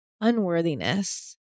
unworthiness